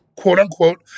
quote-unquote